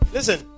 Listen